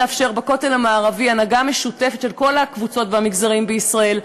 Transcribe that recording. לאפשר בכותל המערבי הנהגה משותפת של כל הקבוצות והמגזרים בישראל,